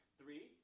three